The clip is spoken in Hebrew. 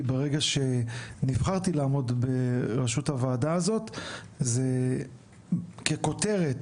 ברגע שנבחרתי לעמוד בראשות הוועדה הזאת זה ככותרת,